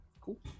Cool